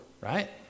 right